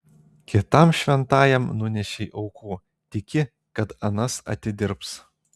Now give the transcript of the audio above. kitam šventajam nunešei aukų tiki kad anas atidirbs